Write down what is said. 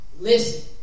listen